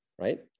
right